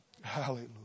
Hallelujah